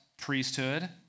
priesthood